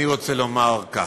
אני רוצה לומר כך: